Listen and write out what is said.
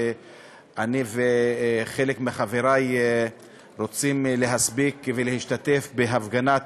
ואני וחלק מחברי רוצים להספיק ולהשתתף בהפגנת